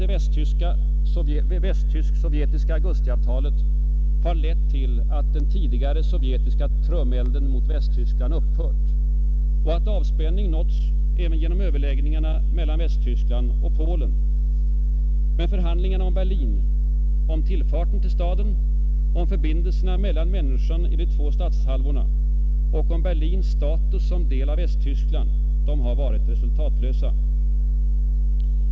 Det är sant att det västtysk-sovjetiska augustiavtalet har lett till att den tidigare sovjetiska trumelden mot Västtyskland upphört och att avspänning nåtts även genom överläggningarna mellan Västtyskland och Polen. Men förhandlingarna om Berlin — om tillfarten till staden, om förbindelserna mellan människorna i de två stadshalvorna och om Berlins status som del av Västtyskland — har varit resultatlösa.